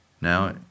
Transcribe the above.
Now